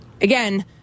again